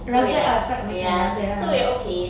so we're like ya so we're okay